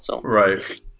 Right